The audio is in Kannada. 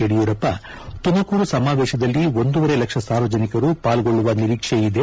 ಯಡಿಯೂರಪ್ಪ ತುಮಕೂರು ಸಮಾವೇಶದಲ್ಲಿ ಒಂದೂವರೆ ಲಕ್ಷ ಸಾರ್ವಜನಿಕರು ಪಾಲ್ಗೊಳ್ಳುವ ನಿರೀಕ್ಷೆ ಇದೆ